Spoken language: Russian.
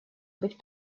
быть